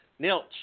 Nilch